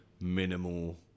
minimal